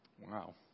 Wow